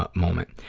but moment.